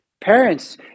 Parents